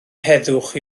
heddwch